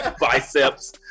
biceps